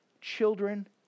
children